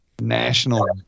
national